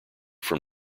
from